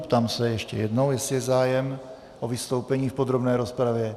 Ptám se ještě jednou, jestli je zájem o vystoupení v podrobné rozpravě.